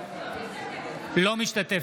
אינה משתתפת בהצבעה לא משתתפת,